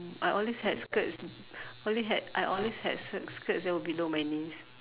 I always had skirts always had I always had s~ skirts well below my knees